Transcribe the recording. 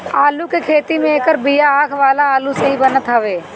आलू के खेती में एकर बिया आँख वाला आलू से ही बनत हवे